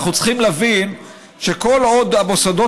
אנחנו צריכים להבין שכל עוד המוסדות